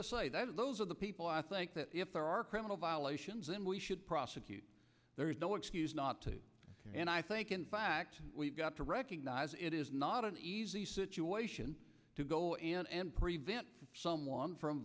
i say that those are the people i think that if there are criminal violations and we should prosecute there is no excuse not to and i think in fact we've got to recognize it is not an easy situation to go in and prevent someone from